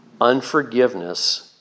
Unforgiveness